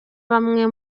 bamwe